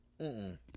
-mm